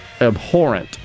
abhorrent